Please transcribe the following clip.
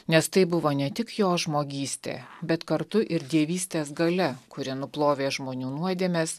nes tai buvo ne tik jo žmogystė bet kartu ir dievystės galia kuri nuplovė žmonių nuodėmes